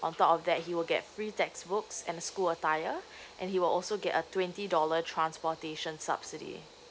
on top of that he will get free textbooks and school attire and he will also get a twenty dollar transportation subsidy